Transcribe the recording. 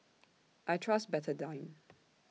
I Trust Betadine